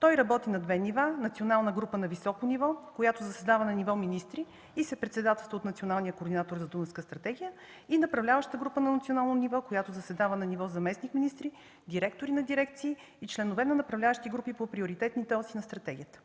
Той работи на две нива – национална група на високо ниво, която заседава на ниво министри и се председателства от националния координатор за Дунавската стратегия и направляваща група на национално ниво, която заседава на ниво заместник-министри, директори на дирекции и членове на направляващи групи по приоритетните оси на стратегията.